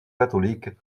catholique